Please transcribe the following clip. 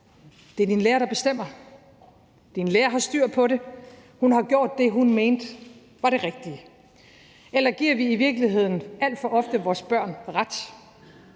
Det er din lærer, der bestemmer. Din lærer har styr på det. Hun har gjort det, hun mente var det rigtige? Kl. 12:13 Eller giver vi i virkeligheden alt for ofte vores børn ret?